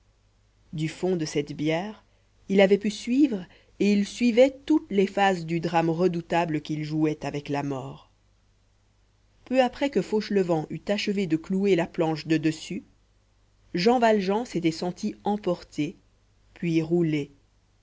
du fond de cette bière il avait pu suivre et il suivait toutes les phases du drame redoutable qu'il jouait avec la mort peu après que fauchelevent eut achevé de clouer la planche de dessus jean valjean s'était senti emporter puis rouler